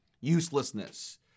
Uselessness